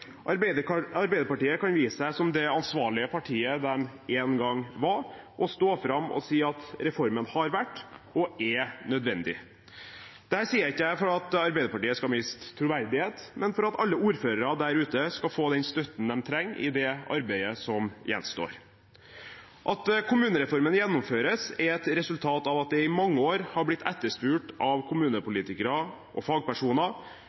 snu. Arbeiderpartiet kan vise seg som det ansvarlige partiet de en gang var, og stå fram og si at reformen har vært, og er, nødvendig. Dette sier jeg ikke for at Arbeiderpartiet skal miste troverdighet, men for at alle ordførere der ute skal få den støtten de trenger, i det arbeidet som gjenstår. At kommunereformen gjennomføres, er et resultat av at det i mange år er blitt etterspurt av kommunepolitikere og fagpersoner,